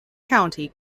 county